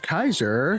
Kaiser